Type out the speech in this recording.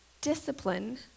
Discipline